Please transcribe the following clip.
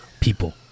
people